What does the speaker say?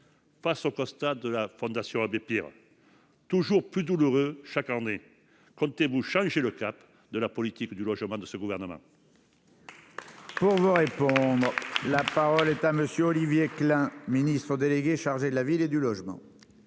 face au constat de la Fondation Abbé Pierre, toujours plus douloureux chaque année, comptez-vous changer le cap de la politique du logement du Gouvernement ?